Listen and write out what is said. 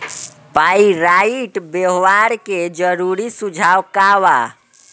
Pyrite व्यवहार के जरूरी सुझाव का वा?